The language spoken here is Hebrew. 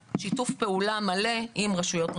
שימנה שר הפנים (ו) על אף האמור בסעיף 41,